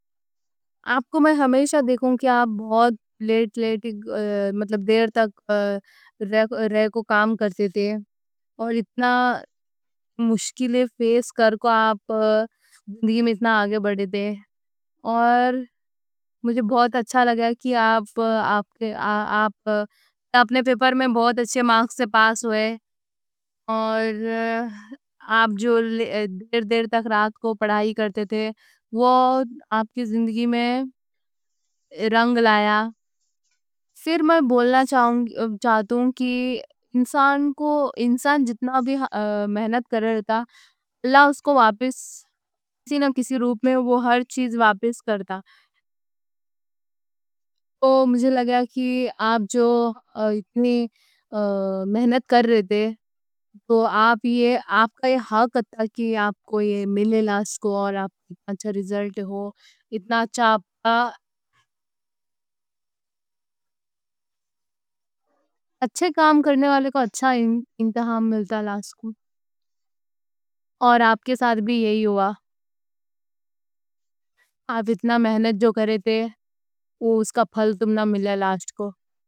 آپ کو میں ہمیشہ دیکھوں کہ آپ بہت لیٹ لیٹ، مطلب دیر تک کام کرتے تھے۔ اور اتنی مشکلے فیس کرکو آپ زندگی میں اتنا آگے۔ بڑھے تھے اور مجھے بہت اچھا لگا کہ آپ۔ اپنے پیپر میں بہت اچھے مارکس سے پاس ہوئے اور۔ آپ جو دیر دیر تک رات کو پڑھائی کرتے تھے وہ آپ کی زندگی۔ میں رنگ لائی پھر میں بولنا چاہتا ہوں کہ۔ انسان جتنا بھی محنت کرتا تھا اللہ اس کو واپس کسی۔ نہ کسی روپ میں وہ ہر چیز واپس کرتا مجھے لگا کہ آپ۔ جو اتنی محنت کر رہے تھے تو آپ کا یہ۔ حق تھا کہ آپ کو یہ ملے لاسٹ کو اور اتنا اچھا ریزلٹ۔ چاپا تھا اچھے کام کرنے والے کو اچھا۔ انعام ملتا لاسٹ کو اور آپ کے ساتھ بھی یہ ہوا آپ۔ اتنی محنت جو کر رہے تھے اس کا پھل تم نا ملیلا۔